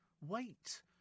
Wait